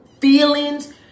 feelings